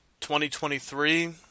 2023